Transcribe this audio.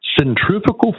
centrifugal